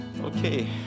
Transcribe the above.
Okay